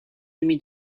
demi